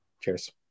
Cheers